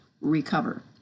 recover